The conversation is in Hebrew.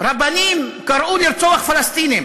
רבנים קראו לרצוח פלסטינים,